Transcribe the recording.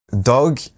dog